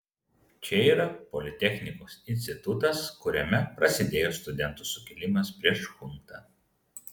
čia yra politechnikos institutas kuriame prasidėjo studentų sukilimas prieš chuntą